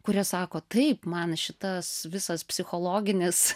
kurie sako taip man šitas visas psichologinis